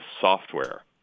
software